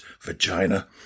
vagina